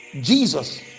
Jesus